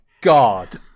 God